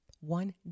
one